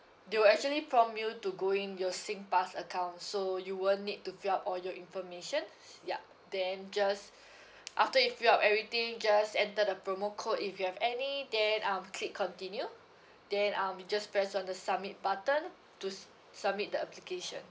they will actually prompt you to go in your SingPass account so you will need to fill up all your information yup then just after you fill up everything you just enter the promo code if you have any then um click continue then um you just press on the submit button to s~ submit the application